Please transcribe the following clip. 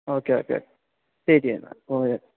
okay okay ശരിയെന്നാല് oh yes